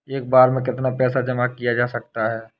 एक बार में कितना पैसा जमा किया जा सकता है?